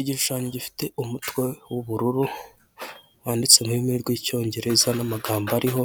Igishushanyo gifite umutwe w'ubururu, wanditse mu rurimi rw'icyongereza n'amagambo ariho,